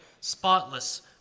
spotless